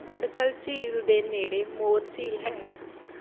ਬਡਖਲ ਝੀਲ ਦੇ ਨੇੜੇ ਮੋਰ ਝੀਲ ਹੈ